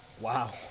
wow